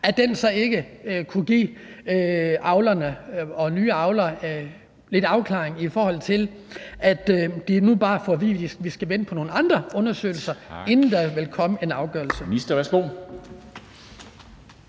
at den så ikke kunne give avlerne og nye avlere lidt afklaring, i stedet for at de nu bare får at vide, at vi skal vente på nogle andre undersøgelser, inden der vil komme en afgørelse.